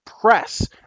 press